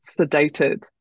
sedated